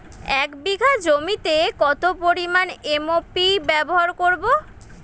এক বিঘা জমিতে কত পরিমান এম.ও.পি ব্যবহার করব?